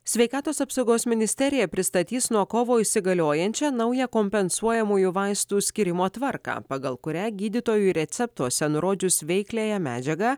sveikatos apsaugos ministerija pristatys nuo kovo įsigaliojančią naują kompensuojamųjų vaistų skyrimo tvarką pagal kurią gydytojai receptuose nurodžius veikliąją medžiagą